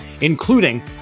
including